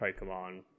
Pokemon